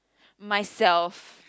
myself